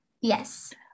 Yes